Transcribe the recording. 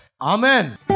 Amen